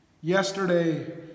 yesterday